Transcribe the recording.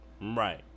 Right